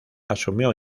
asumió